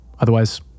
Otherwise